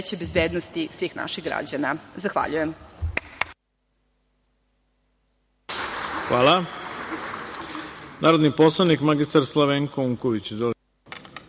veće bezbednosti svin našh građana. Zahvaljuje.